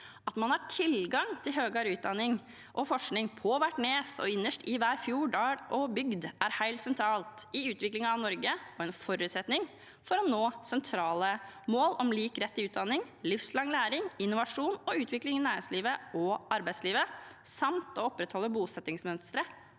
At man har tilgang til høyere utdanning og forskning på hvert nes og innerst i hver fjord, dal og bygd, er helt sentralt i utviklingen av Norge og en forutsetning for å nå sentrale mål om lik rett til utdanning, livslang læring, innovasjon og utvikling i næringslivet og arbeidslivet samt å opprettholde bosettingsmønsteret